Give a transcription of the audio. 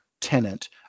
tenant